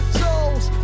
souls